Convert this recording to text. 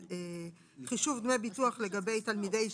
לחישוב דמי ביטוח לגבי תלמידי ישיבה.